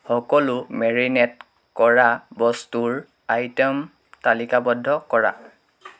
সকলো মেৰিনেট কৰা বস্তুৰ আইটেম তালিকাৱদ্ধ কৰা